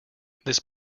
this